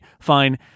fine